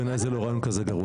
בעיני זה לא רעיון כזה גרוע,